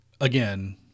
again